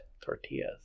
Tortillas